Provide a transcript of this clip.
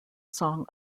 song